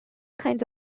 kinds